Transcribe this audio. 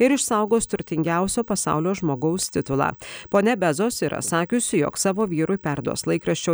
ir išsaugos turtingiausio pasaulio žmogaus titulą ponia bezos yra sakiusi jog savo vyrui perduos laikraščio